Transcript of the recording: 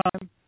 time